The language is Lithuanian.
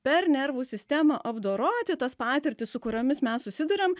per nervų sistemą apdoroti tas patirtis su kuriomis mes susiduriam